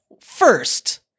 first